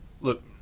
Look